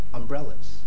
umbrellas